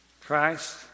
Christ